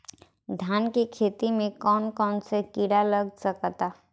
धान के खेती में कौन कौन से किड़ा लग सकता?